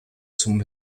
zum